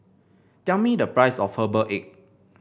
tell me the price of Herbal Egg